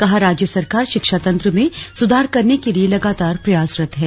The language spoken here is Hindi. कहा राज्य सरकार शिक्षा तंत्र में सुधार करने के लिए लगातार प्रयासरत है